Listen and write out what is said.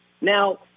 Now